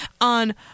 on